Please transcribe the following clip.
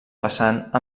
vessant